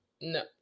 No